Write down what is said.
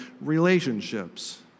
relationships